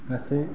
गासै